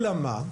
אלא מה,